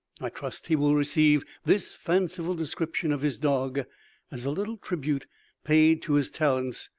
i trust he will receive this fanciful description of his dog as a little tribute paid to his talents,